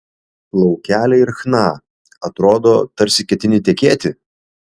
plaukeliai ir chna atrodo tarsi ketini tekėti